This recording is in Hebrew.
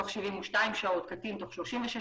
תוך 72 שעות, קטין תוך 36 שעות.